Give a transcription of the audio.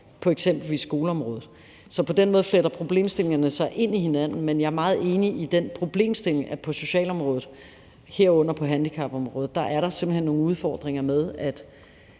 på eksempelvis skoleområdet. Så på den måde fletter problemstillingerne sig ind i hinanden, men jeg er meget enig i den problemstilling, at på socialområdet, herunder på handicapområdet, er der simpelt hen nogle udfordringer med, at